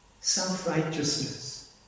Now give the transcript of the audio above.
Self-righteousness